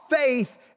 faith